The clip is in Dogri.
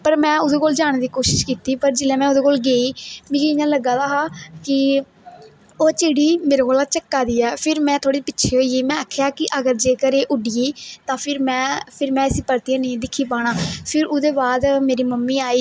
पर में ओहदे कोल जाने दी कोशिश कीती पर जिसलै में ओहदे कोल गेई मिगी इयां लग्गा दा हा कि ओह् चिड़ी मेरे कोला झक्का दी ऐ फिर में थोह्ड़ी जेही पिच्छे होई गेई में आखेआ कि अगर जेकर एह् उड्डी गेई तां फिर में फिर में इसी परतिय नेईं दिक्खी पाना फिर ओहदे बाद मेरी मम्मी आई